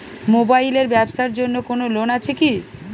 Mobile এর ব্যাবসার জন্য কোন লোন আছে কি?